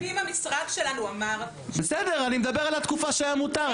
אני מדבר על התקופה שהיה מותר.